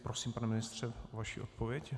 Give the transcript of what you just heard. Prosím, pane ministře, vaši odpověď.